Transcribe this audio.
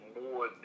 more